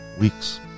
weeks